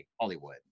Hollywood